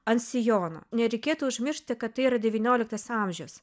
ant sijono nereikėtų užmiršti kad tai yra devynioliktas amžius